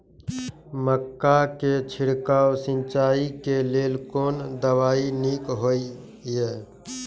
मक्का के छिड़काव सिंचाई के लेल कोन दवाई नीक होय इय?